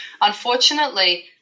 unfortunately